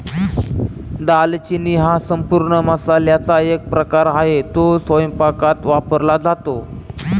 दालचिनी हा संपूर्ण मसाल्याचा एक प्रकार आहे, तो स्वयंपाकात वापरला जातो